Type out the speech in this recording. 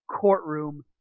courtroom